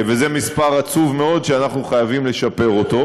וזה מספר עצוב מאוד שאנחנו חייבים לשפר אותו.